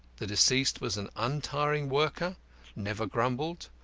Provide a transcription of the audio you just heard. the deceased was an untiring worker never grumbled,